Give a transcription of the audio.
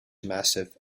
massif